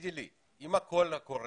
תגידי לי, אם הקול קורא